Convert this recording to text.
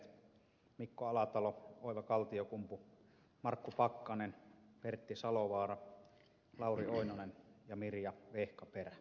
edustajat mikko alatalo oiva kaltiokumpu markku pakkanen pertti salovaara lauri oinonen ja mirja vehkaperä